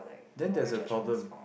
then there's a problem